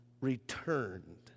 returned